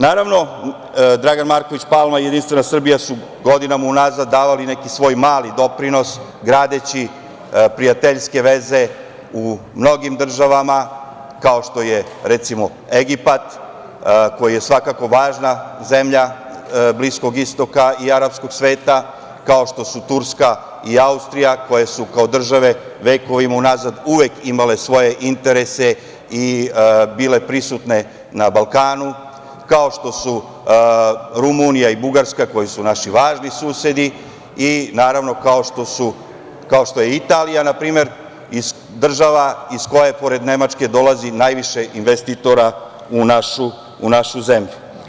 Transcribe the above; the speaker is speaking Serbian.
Naravno, Dragan Marković Palma i JS su godinama unazad davali neki svoj mali doprinos gradeći prijateljske veze u mnogim državama, kao što je, recimo, Egipat, koji je svakako važna zemlja Bliskog istoka i arapskog sveta, kao što su Turska i Austrija, koje su kao države vekovima unazad uvek imale svoje interese i bile prisutne na Balkanu, kao što su Rumunija i Bugarska, koji su naši važni susedi i, naravno, kao što je Italija, na primer, država iz koje, pored Nemačke, dolazi najviše investitora u našu zemlju.